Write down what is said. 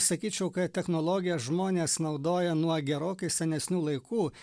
sakyčiau kad technologiją žmonės naudoja nuo gerokai senesnių laikų